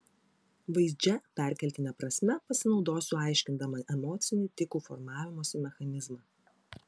vaizdžia perkeltine prasme pasinaudosiu aiškindama emocinį tikų formavimosi mechanizmą